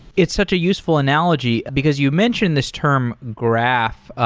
it's such a useful analogy, because you mentioned this term graph,